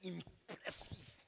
Impressive